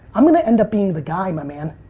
i'm gonna end up being the guy, my man.